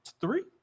Three